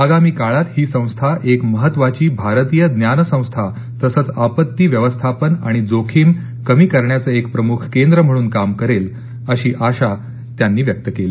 आगामी काळात ही संस्था एक महत्वाची भारतीय ज्ञान संस्था तसच आपत्ती व्यवस्थापन आणि जोखीम कमी करण्याच एक प्रमुख केंद्र म्हणुन काम करेल अशी अशा त्यांनी व्यक्त केली